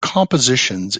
compositions